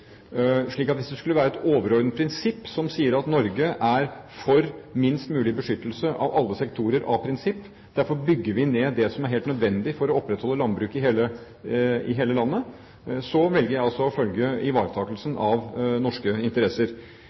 Hvis det skulle være et overordnet prinsipp som sier at Norge er for minst mulig beskyttelse av alle sektorer, derfor bygger vi ned det som er helt nødvendig for å opprettholde landbruket i hele landet, velger jeg å følge ivaretakelsen av norske interesser.